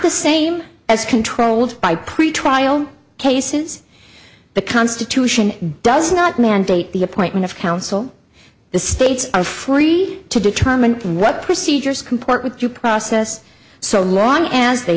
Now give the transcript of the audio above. the same as controlled by pretrial cases the constitution does not mandate the appointment of counsel the states are free to determine what procedures comport with due process so long as they